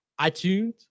iTunes